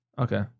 Okay